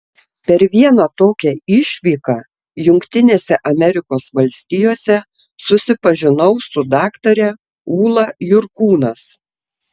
per vieną tokią išvyką jungtinėse amerikos valstijose susipažinau su daktare ūla jurkūnas